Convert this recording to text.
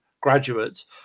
graduates